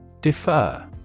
Defer